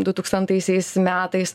dutūkstantaisiais metais